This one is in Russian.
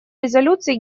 резолюции